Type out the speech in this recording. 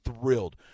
thrilled